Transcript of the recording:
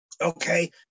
okay